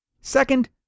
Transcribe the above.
Second